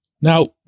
Now